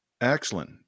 excellent